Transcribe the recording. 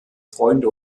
freunde